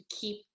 keep